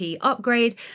upgrade